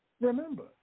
Remember